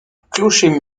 clocher